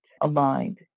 aligned